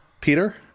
Peter